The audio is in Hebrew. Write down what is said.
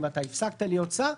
אם אתה הפסקת להיות שר,